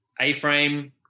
A-frame